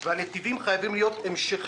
הנתיבים גם חייבים להיות המשכיים.